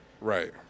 Right